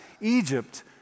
Egypt